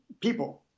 people